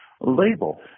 label